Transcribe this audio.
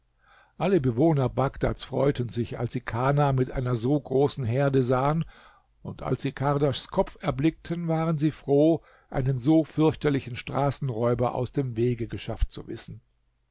alle bewohner bagdads freuten sich als sie kana mit einer so großen herde sahen und als sie kardaschs kopf erblickten waren sie froh einen so fürchterlichen straßenräuber aus dem wege geschafft zu wissen